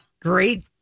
Great